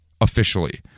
officially